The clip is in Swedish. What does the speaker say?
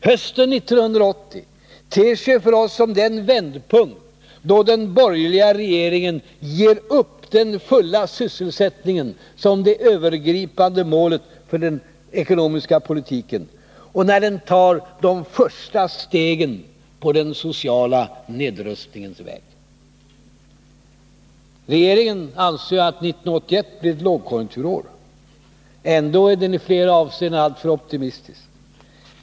Hösten 1980 ter sig för oss som den vändpunkt då den borgerliga regeringen ger upp den fulla sysselsättningen som det genomgripande målet för den ekonomiska politiken och när den tar de första stegen på den sociala nedrustningens väg. Regeringen anser att 1981 blir ett lågkonjunkturår. Ändå är den i flera avseenden alltför optimistisk.